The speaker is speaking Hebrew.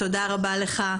תודה רבה לך